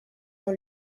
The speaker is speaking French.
dans